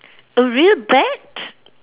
a real bat